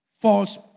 false